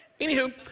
anywho